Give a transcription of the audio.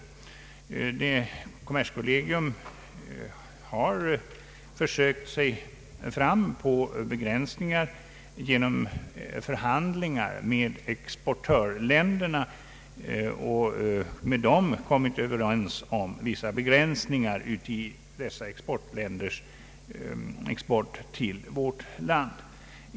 Kommerskollegium har försökt nå begränsningar genom =<förhandlingar med exportörländerna och med dem kommit överens om vissa inskränkningar i fråga om dessa länders export till vårt land.